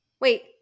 Wait